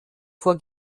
vor